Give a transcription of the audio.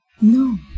No